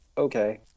okay